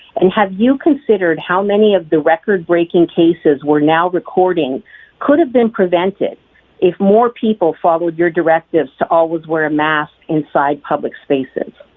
and have you considered how many of the record-breaking cases now recording could of been prevented if more people followed your directives to always wear a mask inside public spaces?